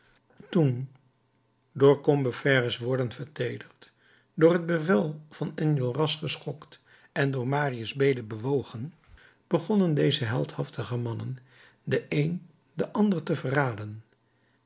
toen door combeferre's woorden verteederd door t bevel van enjolras geschokt en door marius bede bewogen begonnen deze heldhaftige mannen de een den ander te verraden